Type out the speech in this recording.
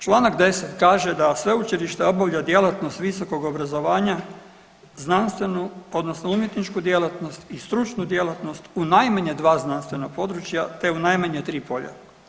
Čl. 10. kaže da sveučilište obavlja djelatnost visokog obrazovanja, znanstvenu odnosno umjetničku djelatnosti i stručnu djelatnost u najmanje dva znanstvena područja, te u najmanje tri polja.